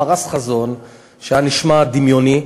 הוא פרס חזון שנשמע דמיוני,